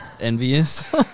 Envious